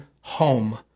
home